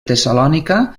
tessalònica